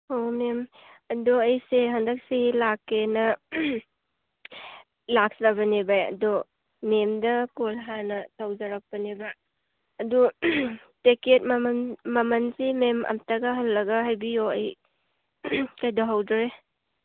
ꯑꯣ ꯃꯦꯝ ꯑꯗꯨ ꯑꯩꯁꯦ ꯍꯟꯗꯛꯁꯤ ꯂꯥꯛꯀꯦꯅ ꯂꯥꯛꯆꯕꯅꯦꯕ ꯑꯗꯨ ꯃꯦꯝꯗ ꯀꯣꯜ ꯍꯥꯟꯅ ꯇꯧꯖꯔꯛꯄꯅꯦꯕ ꯑꯗꯨ ꯇꯦꯛꯀꯦꯠ ꯃꯃꯜ ꯃꯃꯜꯁꯤ ꯃꯦꯝ ꯑꯝꯇꯒ ꯍꯜꯂꯒ ꯍꯥꯏꯕꯤꯌꯣ ꯑꯩ ꯀꯩꯗꯧꯍꯧꯗ꯭ꯔꯦ